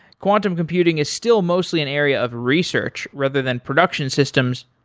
quantum computing is still mostly an area of research rather than production systems,